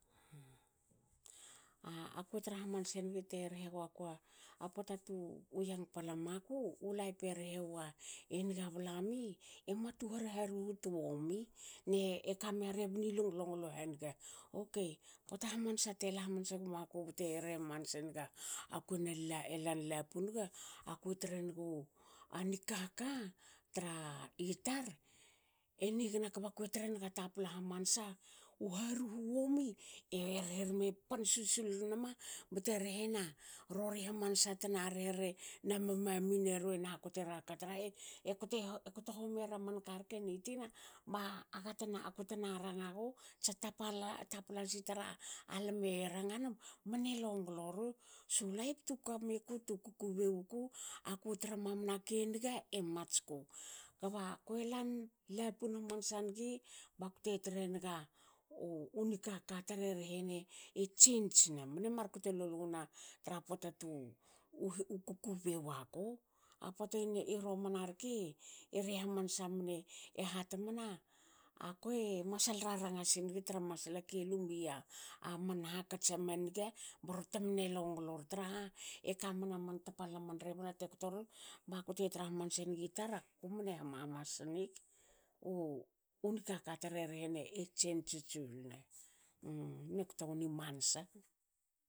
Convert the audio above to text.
A kue tra hamanse nigi tre rehe gakoa a pota tu yangpala mak u laip e rehewa e niga blami emua tu har harutu to womi. ne e kamia rebni longlonglo haniga. Okei pota hamansa te la hamansa gumaku bte rehe hamanse naga akue na lan lapun nigi. akue trenugu a nikaka tra itar e nigana kba kue trenaga tapla hamansa u haruhe womi here rme pan susul nama bte rehena rori hamansa tra tna rehere na mamamine rue na kotera ka trahe e kto homiera manka rke ni tina. ba aga tena aku tena ranga num mne longlo ru. so tu laip tu kamiku tu kukubei wuku. aku tra mamanake niga e matsku kba kue lan lapun hamansa nigi bakte trenaga u nikaka tar e rehena e change ne mne markto lol wona tra pota tu kukubei waku. a pota i romana rke rehe hamansa mne e hat mna akue masal raranga sinigi tra masla ke lumia aman hakats aman niga brorte mne longlori traha. ekamna man tapalan rebna te ktori bakute tra hamansa ngi tar aku mne hamamas nig. uni kaka tar e rehene e change susul ne mne kto qoni mansa.